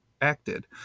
acted